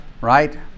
right